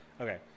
Okay